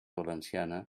valenciana